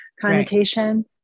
connotation